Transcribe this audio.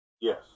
yes